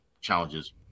challenges